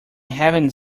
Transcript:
haven’t